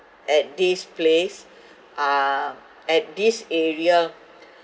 at this place uh at this area